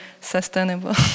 sustainable